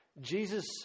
Jesus